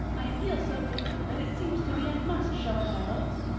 i feel so different that it seems to me it must show in my looks.